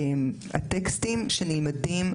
הטקסטים שנלמדים,